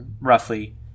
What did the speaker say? roughly